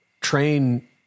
train